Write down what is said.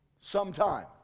sometime